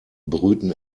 brüten